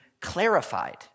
clarified